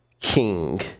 king